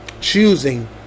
Choosing